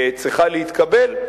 צריכה להתקבל?